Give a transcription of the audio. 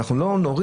אנחנו לא נוריד,